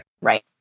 Right